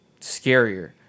scarier